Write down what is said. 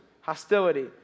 hostility